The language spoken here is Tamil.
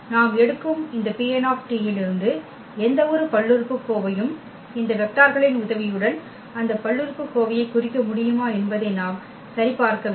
நாம் எடுக்கும் இந்த Pn இலிருந்து எந்தவொரு பல்லுறுப்புக்கோவையும் இந்த வெக்டார்களின் உதவியுடன் அந்த பல்லுறுப்புக்கோவைக் குறிக்க முடியுமா என்பதை நாம் சரிபார்க்க வேண்டும்